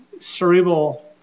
Cerebral